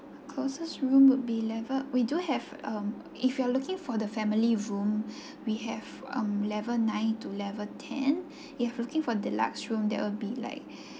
closest room would be level we do have um if you are looking for the family room we have um level nine to level ten if you are looking for deluxe room that will be like